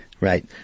Right